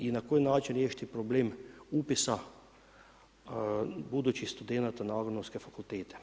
I na koji način riješiti problem upisa budućih studenata na agronomske fakultete?